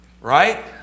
Right